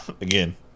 again